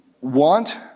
want